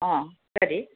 ಹಾಂ ಸರಿ